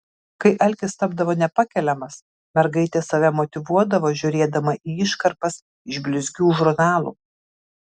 kai alkis tapdavo nepakeliamas mergaitė save motyvuodavo žiūrėdama į iškarpas iš blizgių žurnalų